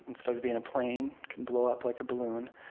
instead of being a plane, can blow up like a balloon.